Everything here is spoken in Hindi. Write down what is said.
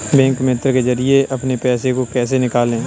बैंक मित्र के जरिए अपने पैसे को कैसे निकालें?